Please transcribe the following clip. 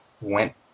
went